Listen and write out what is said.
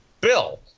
Bill